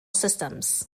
systems